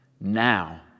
Now